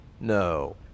No